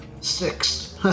Six